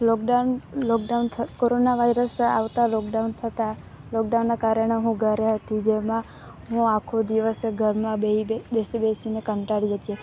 lockdown lockdown corona virus આવતા lockdown થતાં લોકડાઉનના કારણે હું ઘરે હતી જેમાં હું આખો દિવસ ઘરમાં બેહી બેસી બેસીને કંટાળી જતી